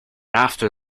after